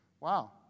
Wow